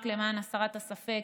רק למען הסר הספק,